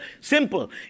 simple